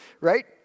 right